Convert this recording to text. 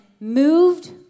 Moved